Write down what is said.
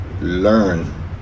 learn